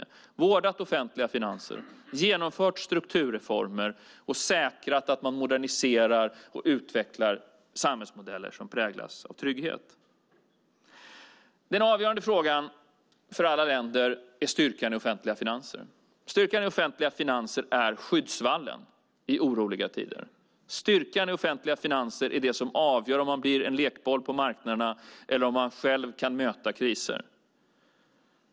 De har vårdat offentliga finanser, genomfört strukturreformer och säkrat att man moderniserar och utvecklar samhällsmodeller som präglas av trygghet. Den avgörande frågan för alla länder är styrkan i de offentliga finanserna. Styrkan i offentliga finanser är skyddsvallen i oroliga tider. Styrkan i offentliga finanser är det som avgör om man blir en lekboll på marknaderna eller om man själv kan möta kriser.